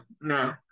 no